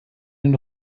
den